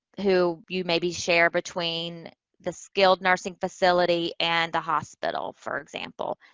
who you maybe share between the skilled nursing facility and the hospital, for example.